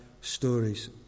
stories